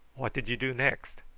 what did you do next?